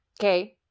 okay